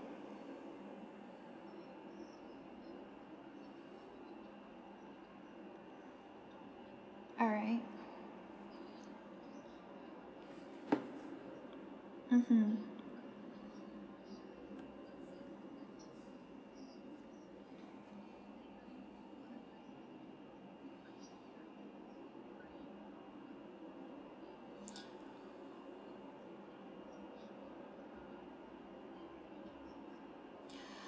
alright mmhmm